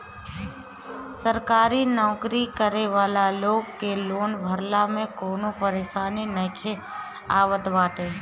सरकारी नोकरी करे वाला लोग के लोन भरला में कवनो परेशानी नाइ आवत बाटे